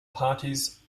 parties